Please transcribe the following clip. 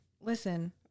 Listen